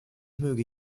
möge